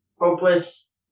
hopeless